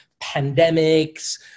pandemics